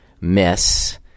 miss